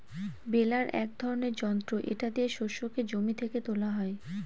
বেলার এক ধরনের যন্ত্র এটা দিয়ে শস্যকে জমি থেকে তোলা হয়